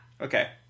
Okay